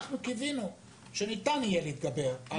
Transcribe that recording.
אנחנו קיווינו שניתן יהיה להתגבר על